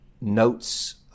notes